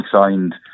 signed